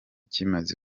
kimaze